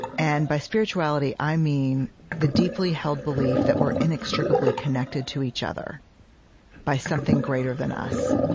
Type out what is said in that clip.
and by spirituality i mean the deeply held belief that we're inextricably connected to each other by something greater than us.